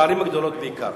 בערים הגדולות בעיקר.